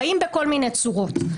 באים בכל מיני צורות.